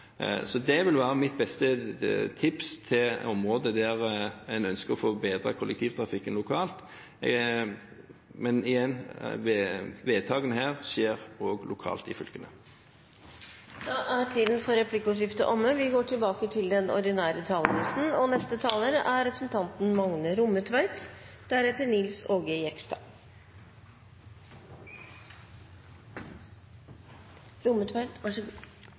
Det vil være mitt beste tips til områder der en ønsker å forbedre kollektivtrafikken lokalt. Men igjen: Vedtakene her skjer også lokalt i fylkene. Replikkordskiftet er omme. Det budsjettforslaget me har til handsaming i dag, er det første som regjeringspartia Høgre og